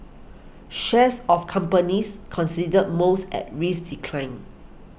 shares of companies considered most at risk declined